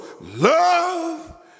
Love